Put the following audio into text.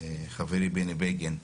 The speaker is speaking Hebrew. חברי בני בגין.